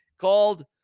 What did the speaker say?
called